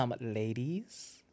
ladies